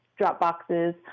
Dropboxes